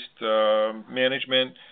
management